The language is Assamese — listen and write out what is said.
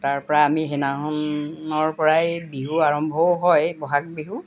তাৰ পৰা আমি সেইদিনাখন পৰাই বিহু আৰম্ভও হয় ব'হাগ বিহু